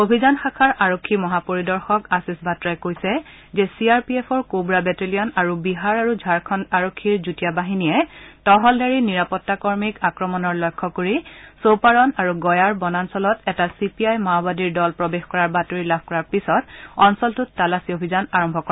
অভিযান শাখাৰ আৰক্ষী মহাপৰিদৰ্শক আশীষ বাট্টাই কৈছে যে চি আৰ পি এফৰ কোৱা বেটেলিয়ন আৰু বিহাৰ আৰু ঝাৰখণ্ড আৰক্ষীৰ যুটীয়া বাহিনীয়ে তহলদাৰী নিৰাপত্তাকৰ্মীক আক্ৰমণৰ লক্ষ্য কৰি চৌপাৰণ আৰু গয়াৰ বনাঞ্চলত এটা চি পি আই মাওবাদী দল প্ৰৱেশ কৰাৰ বাতৰি লাভ কৰাৰ পিছত অঞ্চলটোত তালাচী অভিযান আৰম্ভ কৰে